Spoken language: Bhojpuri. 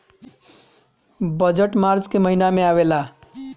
बजट मार्च के महिना में आवेला